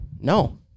No